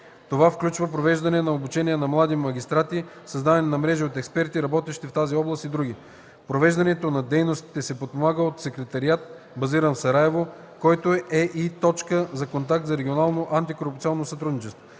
Това включва провеждане на обучения на млади магистрати, създаване на мрежи от експерти, работещи в тази област и други. Провеждането на дейностите се подпомага от Секретариат, базиран в Сараево, който е и точка за контакт за регионалното антикорупционно сътрудничество.